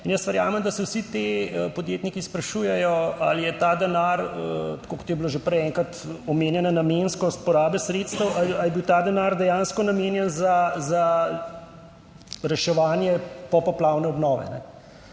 In jaz verjamem, da se vsi ti podjetniki sprašujejo, ali je ta denar, tako kot je bilo že prej enkrat omenjena namenskost porabe sredstev, ali je bil ta denar dejansko namenjen za reševanje popoplavne obnove.